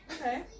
Okay